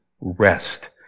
rest